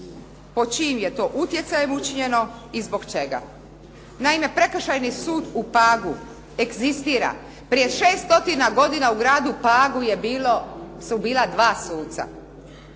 pod čijim je to utjecajem učinjeno i zbog čega. Naime prekršajni sud u Pagu egzistira prije 6 stotina godina u gradu Pagu su bila dva suca.